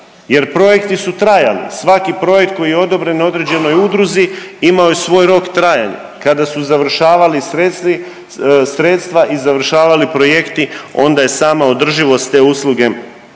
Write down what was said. jer projekti su trajali. Svaki projekt koji je odobren određenoj udruzi imao je svoj rok trajanja. Kada su završavali sredstvi, sredstva i završavali projekti onda je sama održivost te usluge bila